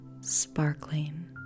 sparkling